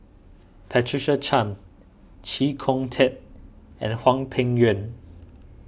Patricia Chan Chee Kong Tet and Hwang Peng Yuan